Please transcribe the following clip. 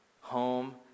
home